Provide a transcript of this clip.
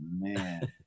man